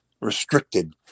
restricted